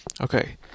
Okay